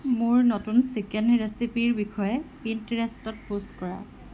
মোৰ নতুন চিকেন ৰেচিপিৰ বিষয়ে পিণ্টৰেষ্টত পোষ্ট কৰাওক